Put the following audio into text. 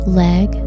leg